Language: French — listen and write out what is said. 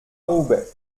roubaix